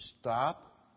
stop